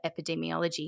Epidemiology